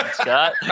Scott